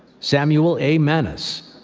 samuel a. manas,